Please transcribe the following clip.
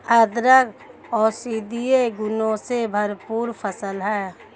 अदरक औषधीय गुणों से भरपूर फसल है